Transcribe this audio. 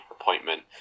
appointment